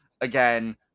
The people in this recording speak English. again